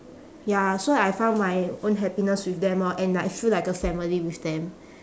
ya so I found my own happiness with them lor and like I feel like a family with them